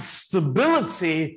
stability